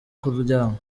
kuryama